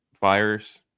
fires